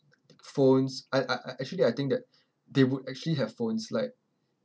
phones I I I actually I think that they would actually have phones like